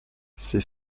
c’est